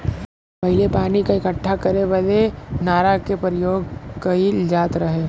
पहिले पानी क इक्कठा करे बदे नारा के परियोग कईल जात रहे